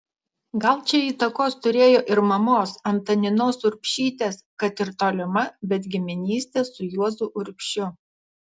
gal čia įtakos turėjo ir mamos antaninos urbšytės kad ir tolima bet giminystė su juozu urbšiu